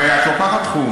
הרי את לוקחת תחום